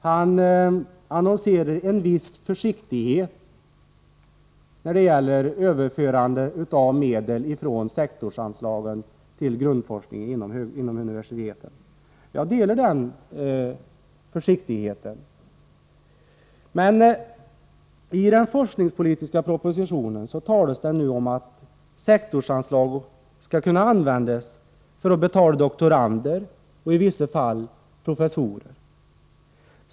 Han uttrycker en viss försiktighet när det gäller överförande av medel från sektorsanslagen till grundforskningen vid universiteten. Jag delar den försiktigheten. I den forskningspolitiska propositionen talas det nu om att sektorsanslag skall kunna användas för att betala doktorander och i vissa fall professorer.